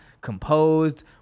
composed